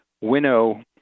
winnow